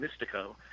Mystico